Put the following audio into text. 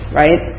right